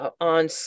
on